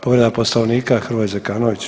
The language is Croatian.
Povreda Poslovnika Hrvoje Zekanović.